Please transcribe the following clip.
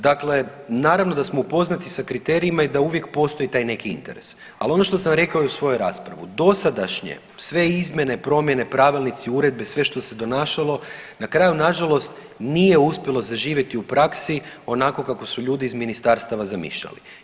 Dakle, naravno da smo upoznati sa kriterijima i da uvijek postoji taj neki interes, ali ono što sam rekao i u svojoj raspravi, dosadašnje sve izmjene, promjene, pravilnici, uredbe sve što se donašalo na kraju nažalost nije uspjelo zaživjeti u praksi onako kako su ljudi iz ministarstava zamišljali.